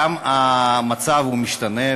גם המצב משתנה,